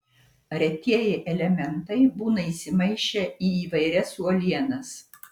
retieji elementai būna įsimaišę į įvairias uolienas